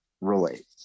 relate